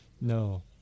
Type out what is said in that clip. No